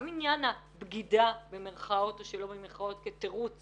גם עניין הבגידה במירכאות או שלא במירכאות כתירוץ